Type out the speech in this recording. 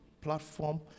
platform